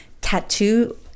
tattoo